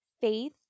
Faith